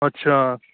ਅੱਛਾ